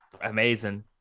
Amazing